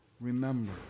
remember